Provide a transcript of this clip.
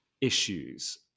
issues